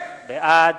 בעד